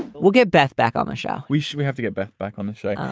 we'll get beth back on the show. we should. we have to get beth back on the show.